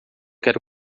quero